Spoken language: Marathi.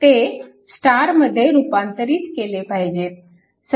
ते स्टार मध्ये रूपांतरित केले पाहिजेत